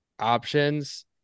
options